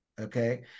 okay